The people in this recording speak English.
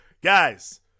Guys